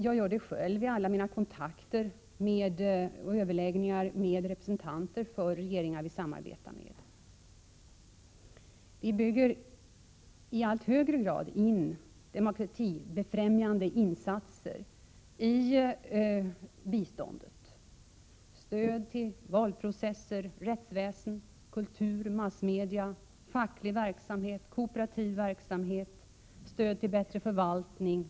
Jag gör det själv i alla mina kontakter och överläggningar med representanter för regeringar som vi samarbetar med. Vi bygger i allt högre grad in demokratibefrämjande insatser i biståndet. Det rör sig om stöd till valprocesser, rättsväsen, kultur, massmedia, facklig verksamhet, kooperativ verksamhet och stöd till bättre förvaltning.